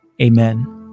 Amen